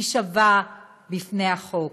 היא שווה בפני החוק,